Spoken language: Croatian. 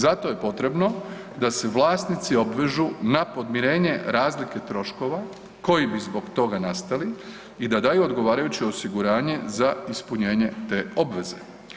Zato je potrebo da se vlasnici obvežu na podmirenje razlike troškova koji bi zbog toga nastali i da daju odgovarajuće osiguranje za ispunjenje te obveze.